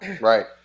Right